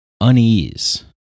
unease